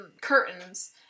curtains